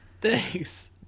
Thanks